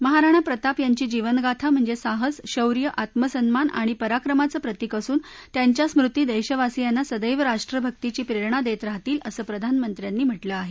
महाराणा प्रताप यांची जीवनगाथा म्हणजे साहस शौर्य आत्मसन्मान आणि पराक्रमाचं प्रतीक असून त्यांच्या स्मृती देशवासियांना सदैव राष्ट्रभक्तीची प्रेरणा देत राहतील असं प्रधानमंत्र्यांनी म्हटलं आहे